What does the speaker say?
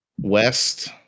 west